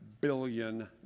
billion